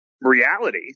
reality